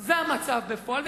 זה המצב בפועל.